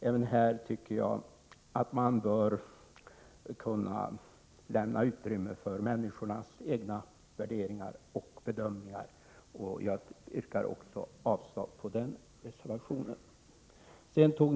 Även här tycker jag att man bör kunna lämna utrymme för människornas egna värderingar och bedömningar. Jag yrkar alltså avslag på reservation 2.